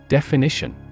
Definition